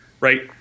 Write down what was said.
right